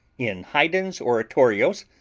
in haydn's oratorios,